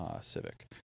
Civic